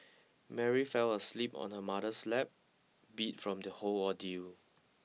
Mary fell asleep on her mother's lap beat from the whole ordeal